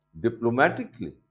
Diplomatically